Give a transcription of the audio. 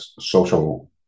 social